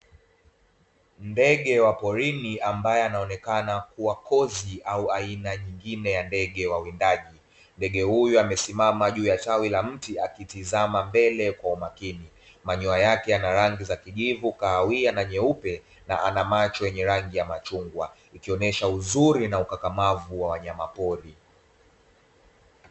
Ndege wa porini ambaye anaonekana kuwa kozi au aina nyingine ya ndege wawindaji, ndege huyu amesimama juu ya tawi la mti akitizama mbele kwa umakini. Manyoya yake yana rangi za kijivu kahawia na nyeupe; na ana macho yenye rangi ya machungwa ikionyesha uzuri na ukakamavu wa wanyamapori.